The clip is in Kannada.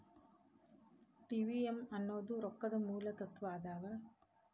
ಟಿ.ವಿ.ಎಂ ಅನ್ನೋದ್ ರೊಕ್ಕದ ಮೂಲ ತತ್ವ ಆಗ್ಯಾದ